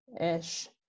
Ish